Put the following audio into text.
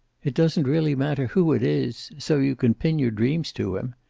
it doesn't really matter who it is, so you can pin your dreams to him.